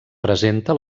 presenta